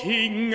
King